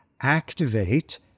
activate